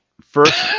first